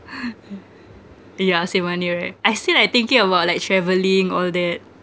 yeah save money right I still like thinking about like travelling all that